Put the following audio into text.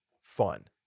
fun